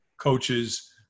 coaches